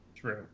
True